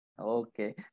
Okay